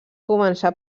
començar